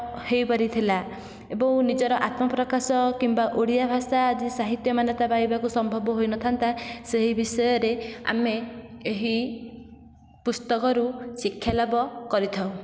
ହୋଇପାରିଥିଲା ଏବଂ ନିଜର ଆତ୍ମପ୍ରକାଶ କିମ୍ବା ଓଡ଼ିଆ ଭାଷା ଆଜି ସାହିତ୍ୟ ମାନ୍ୟତା ପାଇବାକୁ ସମ୍ଭବ ହୋଇନଥାନ୍ତା ସେହି ବିଷୟରେ ଆମେ ଏହି ପୁସ୍ତକରୁ ଶିକ୍ଷା ଲାଭ କରିଥାଉ